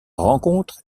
rencontre